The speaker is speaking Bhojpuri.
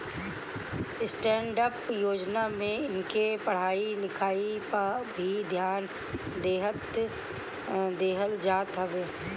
स्टैंडडप योजना में इनके पढ़ाई लिखाई पअ भी ध्यान देहल जात हवे